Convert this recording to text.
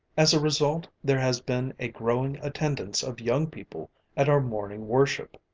as a result there has been a growing attendance of young people at our morning worship.